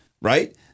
right